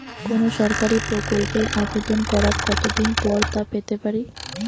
কোনো সরকারি প্রকল্পের আবেদন করার কত দিন পর তা পেতে পারি?